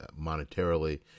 monetarily